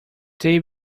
they